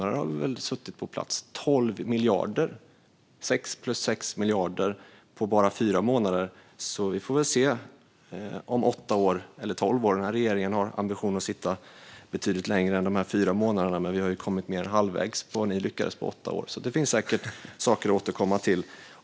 De uppgår till 12 miljarder - 6 plus 6 miljarder - på bara fyra månader. Vi får väl se om åtta år - eller om tolv år, för denna regering har som ambition att sitta betydligt längre än dessa fyra månader. Den här regeringen har i alla fall kommit mer än halvvägs jämfört med det som den förra regeringen lyckades med på åtta år. Det finns säkert saker att återkomma till.